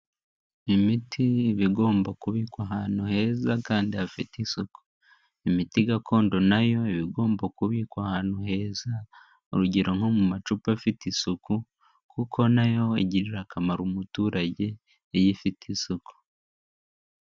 Imiti iba igomba kubikwa ahantu heza kandi hafite isuku. Imiti gakondo na yo iba igomba kubikwa ahantu heza, urugero nko mu macupa afite isuku kuko na yo igirira akamaro umuturage iy'ifite isoko.